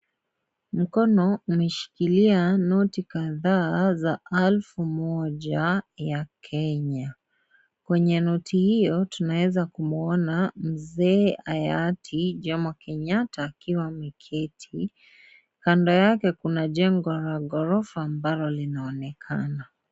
Mkono umeshikilia noti kadhaa za alfu moja ya Kenya. Kwenye noti hiyo, tunaeza kumwona, mzee hayati Jomo Kenyatta ,akiwa ameketi. Kando yake kuna jengo la gorofa ambalo linaonekana.